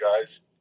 guys